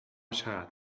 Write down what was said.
چقدر